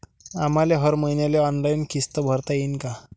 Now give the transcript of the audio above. आम्हाले हर मईन्याले ऑनलाईन किस्त भरता येईन का?